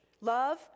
Love